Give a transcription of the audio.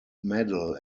medal